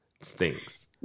stinks